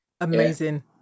Amazing